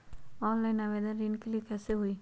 Online आवेदन ऋन के लिए कैसे हुई?